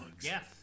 Yes